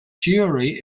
jury